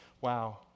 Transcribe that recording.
Wow